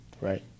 right